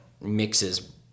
mixes